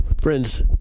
Friends